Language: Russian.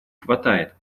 хватает